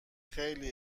خیلی